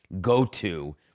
go-to